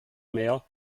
mehr